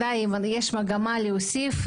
אם יש מגמה להוסיף,